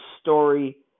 story